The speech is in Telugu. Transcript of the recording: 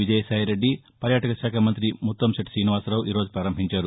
విజయసాయిరెద్ది పర్యాటక శాఖ మంతి ముత్తంశెట్టి గ్రీనివాసరావు ఈ రోజు ప్రారంభించారు